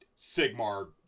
Sigmar